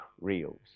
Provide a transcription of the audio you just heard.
Reels